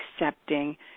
accepting